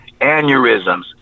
aneurysms